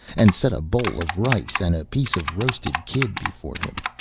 and set a bowl of rice and a piece of roasted kid before him.